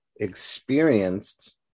experienced